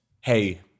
hey